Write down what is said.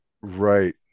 Right